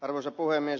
arvoisa puhemies